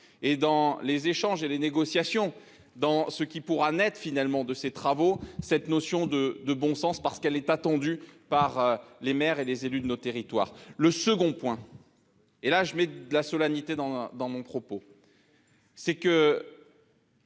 et dans les échanges et les négociations dans ce qui pourra Net finalement de ces travaux. Cette notion de de bon sens parce qu'elle est attendue par les maires et les élus de nos territoires. Le second point. Et là je mets la solennité dans dans mon propos. C'est que.